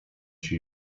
się